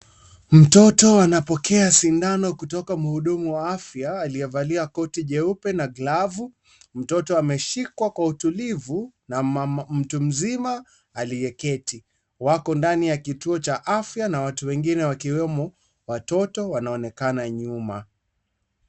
Mtoto anapokea sindano kutoka mhudumu wa afya aliyevalia koti jeupe na glovu. Mtoto ameshikwa kwa utulivu na mtu mzima aliyeketi. Wako ndani ya kituo cha afya na watu wengine wakiwemo watoto wanaonekana nyuma.